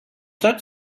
that